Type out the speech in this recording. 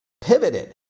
pivoted